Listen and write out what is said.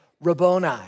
Rabboni